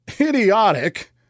idiotic